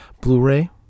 Blu-ray